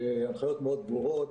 ההנחיות מאוד ברורות,